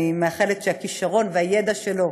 אני מאחלת שהכישרון והידע שלו